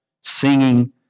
Singing